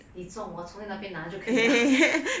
你种我从你那边拿就可以了